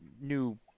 new –